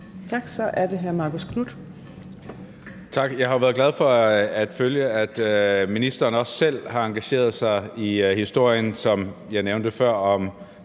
Kl. 15:52 Marcus Knuth (KF): Jeg har jo været glad for at følge, at ministeren også selv har engageret sig i historien, som jeg nævnte før, om